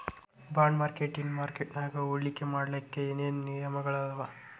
Bond ಮಾರ್ಕೆಟಿನ್ ಮಾರ್ಕಟ್ಯಾಗ ಹೂಡ್ಕಿ ಮಾಡ್ಲೊಕ್ಕೆ ಏನೇನ್ ನಿಯಮಗಳವ?